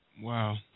Wow